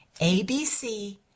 ABC